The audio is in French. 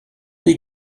des